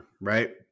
right